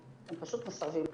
הם פשוט מסרבים.